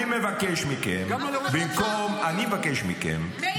אני מבקש מכם --- מאיר,